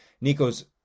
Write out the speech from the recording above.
Nico's